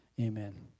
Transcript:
Amen